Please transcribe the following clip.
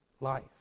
life